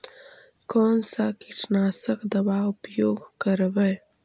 कोन सा कीटनाशक दवा उपयोग करबय?